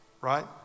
Right